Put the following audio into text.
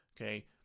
Okay